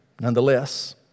nonetheless